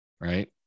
Right